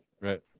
Right